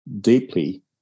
deeply